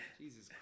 Jesus